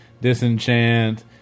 disenchant